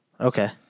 Okay